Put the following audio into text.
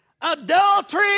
adultery